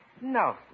No